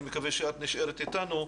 אני מקווה שאת נשארת איתנו,